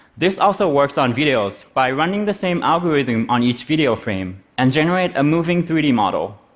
this also works on videos, by running the same algorithm on each video frame and generating a moving three d model.